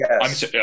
Yes